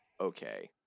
okay